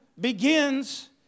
begins